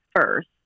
first